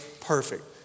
perfect